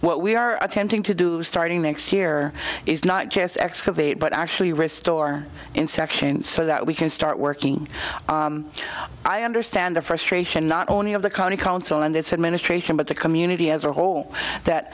what we are attempting to do starting next year is not just excavate but actually restore inspection so that we can start working i understand the frustration not only of the county council and its administration but the community as a whole that